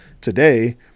today